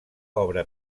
obra